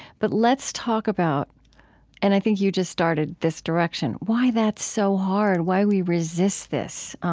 but let's talk about and i think you just started this direction why that's so hard, why we resist this?